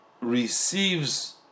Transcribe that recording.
receives